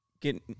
get